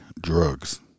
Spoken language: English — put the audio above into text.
drugs